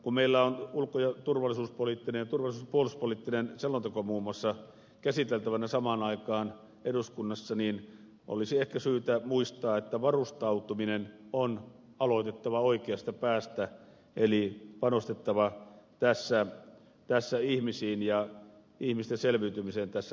kun meillä on ulko ja turvallisuuspoliittinen ja turvallisuus ja puolustuspoliittinen selonteko muun muassa käsiteltävänä samaan aikaan eduskunnassa niin olisi ehkä syytä muistaa että varustautuminen on aloitettava oikeasta päästä eli on panostettava tässä ihmisiin ja ihmisten selviytymiseen tässä kriisissä